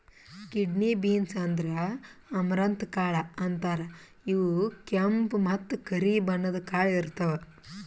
kidney beans ಅಂದ್ರ amaranth ಕಾಳ್ ಅಂತಾರ್ ಇವ್ ಕೆಂಪ್ ಮತ್ತ್ ಕರಿ ಬಣ್ಣದ್ ಕಾಳ್ ಇರ್ತವ್